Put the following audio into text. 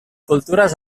cultures